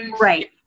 right